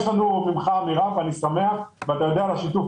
יש שתי נקודות